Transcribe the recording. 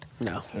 No